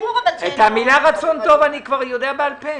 ברור שאין --- את המילים רצון טוב אני כבר יודע בעל פה.